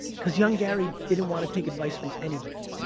cause young gary didn't want to take advice from anybody.